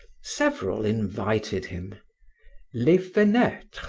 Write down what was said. several invited him les fenetres,